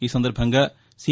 ఈ సందర్బంగా సీ